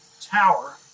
tower